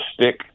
stick